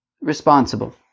responsible